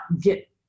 get